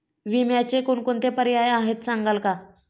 विम्याचे कोणकोणते पर्याय आहेत सांगाल का?